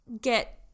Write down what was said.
get